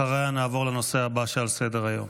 אחריה נעבור לנושא הבא שעל סדר-היום.